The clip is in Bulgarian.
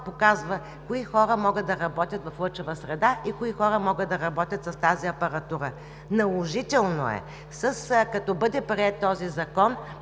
показва кои хора могат да работят в лъчева среда и кои хора могат да работят с тази апаратура. Наложително е, като бъде приет този Закон